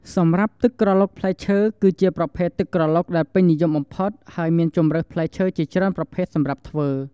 សម្រាប់ទឹកក្រឡុកផ្លែឈើ គឺជាប្រភេទទឹកក្រឡុកដែលពេញនិយមបំផុត ហើយមានជម្រើសផ្លែឈើជាច្រើនប្រភេទសម្រាប់ធ្វើ។